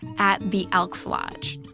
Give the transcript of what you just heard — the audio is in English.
at the elks lodge.